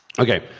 okay!